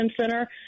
center